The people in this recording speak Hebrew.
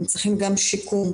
הם צריכים גם שיקום.